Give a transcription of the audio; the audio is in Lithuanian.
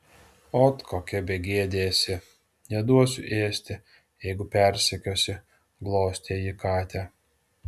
ot kokia begėdė esi neduosiu ėsti jeigu persekiosi glostė ji katę